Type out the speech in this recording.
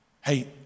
Hey